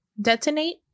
detonate